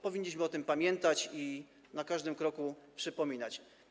Powinniśmy o tym pamiętać i na każdym kroku to przypominać.